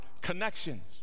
connections